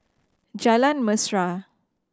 Jalan Mesra